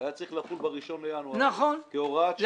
הוא היה צריך לחול ב-1 בינואר כהוראת שעה.